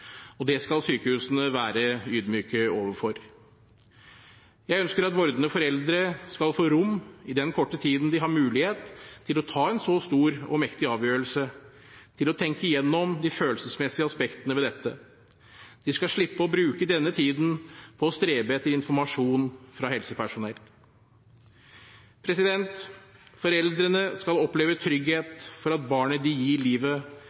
og det skal sykehusene være ydmyke overfor. Jeg ønsker at vordende foreldre skal få rom i den korte tiden de har mulighet til å ta en så stor og mektig avgjørelse, til å tenke igjennom de følelsesmessige aspektene ved dette. De skal slippe å bruke denne tiden på å strebe etter informasjon fra helsepersonell. Foreldrene skal oppleve trygghet for at barnet de gir livet,